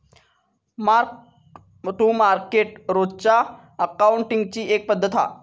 mark to market रोजच्या अकाउंटींगची एक पद्धत हा